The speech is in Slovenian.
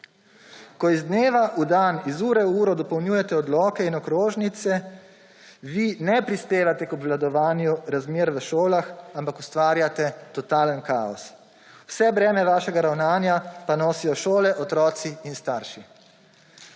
Ko iz dneva v dan, iz ure v uro dopolnjujete odloke in okrožnice, vi ne prispevate k obvladovanju razmer v šolah, ampak ustvarjate totalen kaos. Vse breme vašega ravnanja pa nosijo šole, otroci in starši.